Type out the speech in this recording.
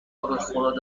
اضطراری